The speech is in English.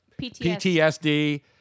PTSD